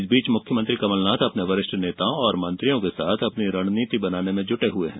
इस बीच मुख्यमंत्री कमलनाथ अपने वरिष्ठ नेताओं और मंत्रियों के साथ अपनी रणनीति में जुटे हुए हैं